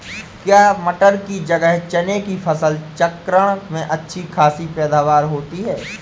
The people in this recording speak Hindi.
क्या मटर की जगह चने की फसल चक्रण में अच्छी खासी पैदावार होती है?